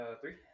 three